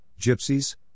gypsies